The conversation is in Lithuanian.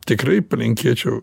tikrai linkėčiau